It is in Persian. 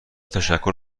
تشکر